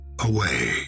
away